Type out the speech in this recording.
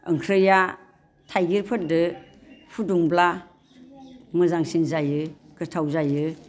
ओंख्रिया थाइगिरफोरजों फुदुंब्ला मोजांसिन जायो गोथाव जायो